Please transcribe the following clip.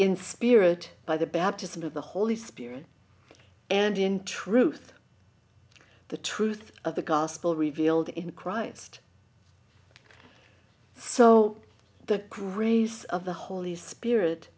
in spirit by the baptism of the holy spirit and in truth the truth of the gospel revealed in christ so the grace of the holy spirit